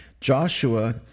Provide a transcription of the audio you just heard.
Joshua